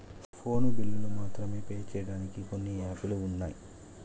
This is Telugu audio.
ఫోను బిల్లులు మాత్రమే పే చెయ్యడానికి కొన్ని యాపులు వున్నయ్